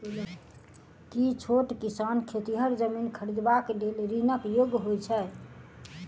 की छोट किसान खेतिहर जमीन खरिदबाक लेल ऋणक योग्य होइ छै?